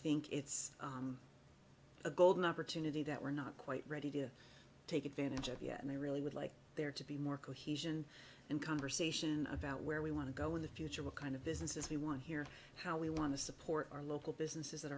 think it's a golden opportunity that we're not quite ready to take advantage of yet and i really would like there to be more cohesion and conversation about where we want to go in the future what kind of businesses we want to hear how we want to support our local businesses that